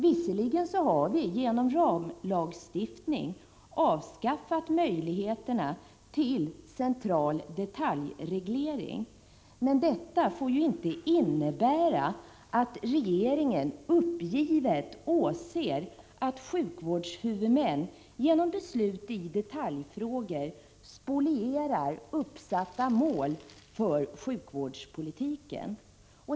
Visserligen har vi genom ramlagstiftning avskaffat möjligheterna till central detaljreglering, men detta får inte innebära att regeringen uppgivet åser att sjukvårdshuvudmännen genom beslut i detaljfrågor spolierar uppsatta mål för sjukvårdspolitiken.